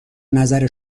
نظر